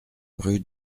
rue